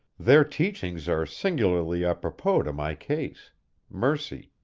their teachings are singularly apropos to my case mercy,